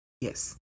Yes